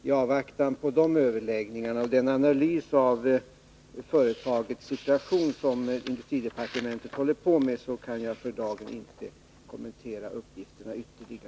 I avvaktan på dessa överläggningar och den analys av företagets situation som industridepartementet håller på med kan jag för dagen inte ytterligare kommentera uppgifterna.